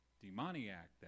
demoniac